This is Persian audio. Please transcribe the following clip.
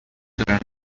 دارند